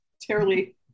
terribly